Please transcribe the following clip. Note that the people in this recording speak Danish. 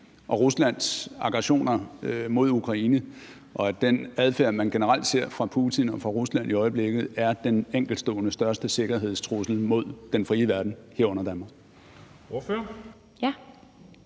og Ruslands aggressioner mod Ukraine, og at den adfærd, man generelt ser fra Putin og fra Ruslands side i øjeblikket, er den enkeltstående største sikkerhedstrussel mod den frie verden, herunder Danmark?